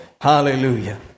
Hallelujah